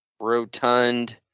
rotund